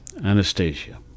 Anastasia